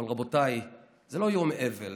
אבל רבותיי, זה לא יום אבל.